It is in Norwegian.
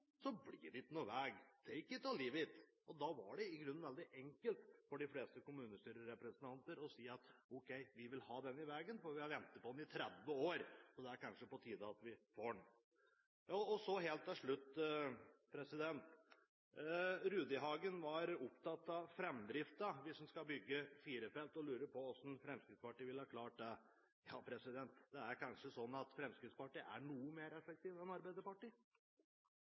så det er kanskje på tide at vi får den. Så helt til slutt: Rudihagen var opptatt av framdriften hvis man skulle bygge firefelts vei, og lurte på hvordan Fremskrittspartiet ville ha klart det. Ja, det er kanskje sånn at man i Fremskrittspartiet er noe mer effektive enn det man er i Arbeiderpartiet.